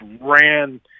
ran